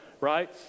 right